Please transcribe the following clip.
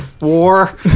war